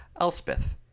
Elspeth